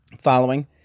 following